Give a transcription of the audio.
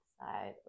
side